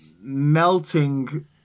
melting